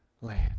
land